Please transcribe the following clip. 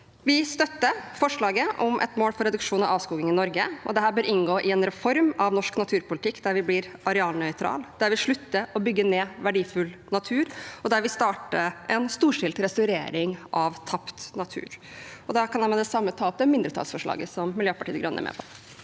Vi støtter forslaget om et mål for reduksjon av avskoging i Norge. Dette bør inngå i en reform av norsk naturpolitikk der vi blir arealnøytrale, der vi slutter å bygge ned verdifull natur, og der vi starter en storstilt restaurering av tapt natur. Jeg tar opp forslaget Miljøpartiet De Grønne er med på.